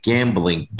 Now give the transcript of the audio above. Gambling